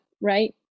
Right